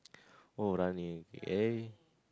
oh running eh